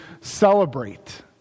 celebrate